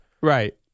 Right